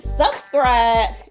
subscribe